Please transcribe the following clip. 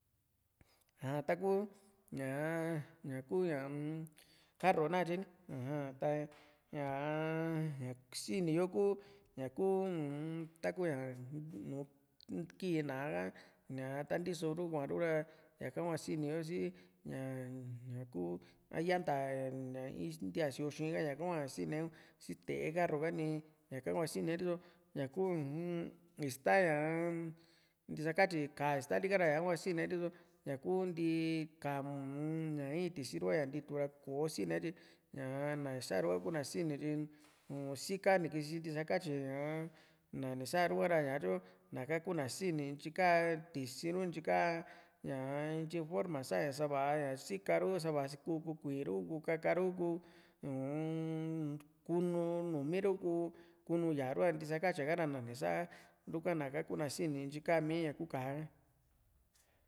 ja taku ñaa ñakuu ñaa-m karu na katye ni aja ta ñaa ña siniyo ku ñakuu uun takuña nu ki ná´a ka ñaa ta ntiso ru kuaru ra ñaka hua siniyo si ña ñaku a llanta ñaa intiaa isioo xii ka ñaka hua sine sii te´e karruka ni ñaka hbua sine riso ñakuu ña ista ñaa ntisakatyi ka´a istali ka ra ñaka hua sine riso ñakuu ntii ka´a um ña in tisi ru ña ntitu ra kosine tyi ñaa na sa´ruka kuna sinityi uu sika nim kisintisa katyi ñaa ña ni saaru ka ra ñaatyu naka kuuna sini ntyi ka tisi ru ntyika ñaa ntyii forma sa´ña sava ña sika ru ku´ku kukuiru ku kaka ru ku uun kunu numii ru kuu kununyaaru a ntisakatyia ka ra nani sáa ruka naka kuna sini ntyiika mii ña ku ka´a ka